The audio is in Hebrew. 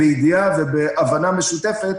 בידיעה והבנה משותפת